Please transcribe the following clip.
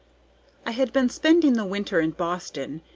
i had been spending the winter in boston,